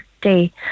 day